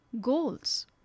goals